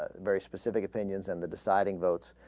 ah very specific um unions and the deciding vote ah.